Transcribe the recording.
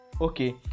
okay